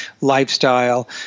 lifestyle